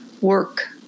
work